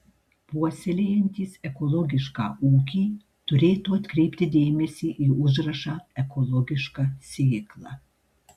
puoselėjantys ekologišką ūkį turėtų atkreipti dėmesį į užrašą ekologiška sėkla